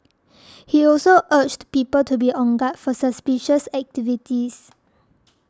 he also urged people to be on guard for suspicious activities